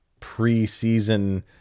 preseason